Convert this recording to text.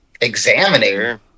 examining